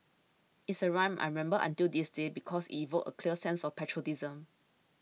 it's a rhythm I remember until this day because evoked a clear sense of patriotism